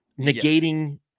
Negating